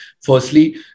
firstly